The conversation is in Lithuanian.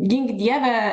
gink dieve